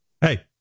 Hey